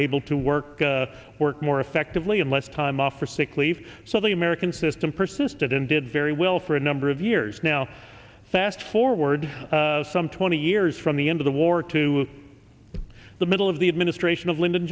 able to work work more effectively and less time off for sick leave so the american system persisted and did very well for a number of years now fast forward some twenty years from the end of the war to the middle of the administration of lyndon